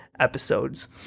Episodes